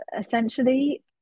Essentially